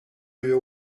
your